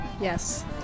Yes